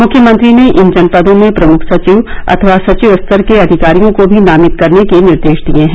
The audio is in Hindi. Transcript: मुख्यमंत्री ने इन जनपदों में प्रमुख सचिव अथवा सचिव स्तर के अधिकारियों को भी नामित करने के निर्देश दिए हैं